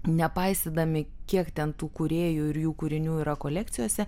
nepaisydami kiek ten tų kūrėjų ir jų kūrinių yra kolekcijose